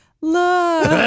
look